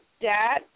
Dad